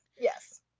Yes